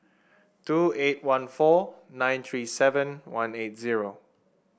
two eight one four nine three seven one eight zero